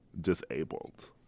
disabled